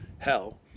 hell